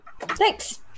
Thanks